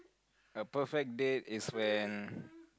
a perfect date is when